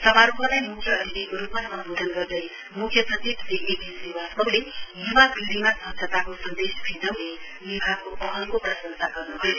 समारोहलाई म्ख्य अतिथिको रूपमा सम्बोधन गर्दै म्ख्य सचिव श्री एके श्रीवास्तवले युवा पींढिमा स्वच्छताको सन्देश फिजाउने विभागको पहलको प्रंशसा गर्न्भयो